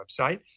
website